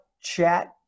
chat